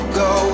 go